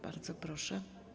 Bardzo proszę.